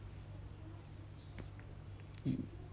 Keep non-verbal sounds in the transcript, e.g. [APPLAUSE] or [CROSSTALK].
[NOISE]